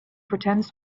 pretends